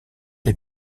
les